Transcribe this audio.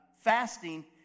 Fasting